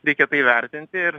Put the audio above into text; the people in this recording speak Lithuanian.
reikia tai vertinti ir